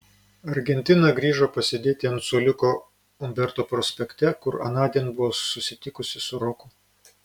argentina grįžo pasėdėti ant suoliuko umberto prospekte kur anądien buvo susitikusi su roku